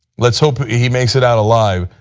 let's hope he makes it out alive,